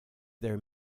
there